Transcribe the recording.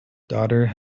daughter